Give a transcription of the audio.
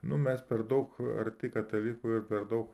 nu mes per daug arti katalikų ir per daug